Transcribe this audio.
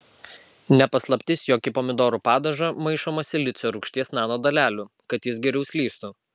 ne paslaptis jog į pomidorų padažą maišoma silicio rūgšties nanodalelių kad jis geriau slystų